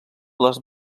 les